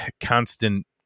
constant